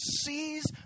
sees